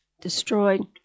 destroyed